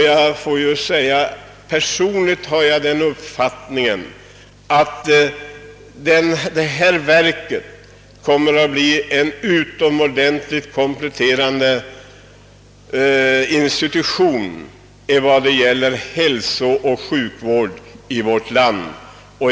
Jag har även den uppfattningen att naturvårdsverket kommer att bli en utomordentlig kompletterande institution i vad gäller hälsooch sjukvård i vårt land.